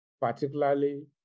Particularly